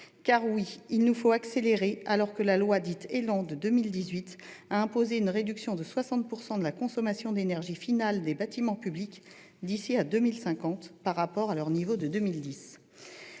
faut bel et bien accélérer, alors que la loi Élan a imposé en 2018 une réduction de 60 % de la consommation d'énergie finale des bâtiments publics d'ici à 2050 par rapport à leur niveau de 2010.